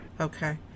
okay